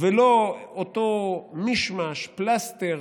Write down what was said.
ולא אותו מישמש, פלסטר